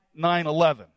9-11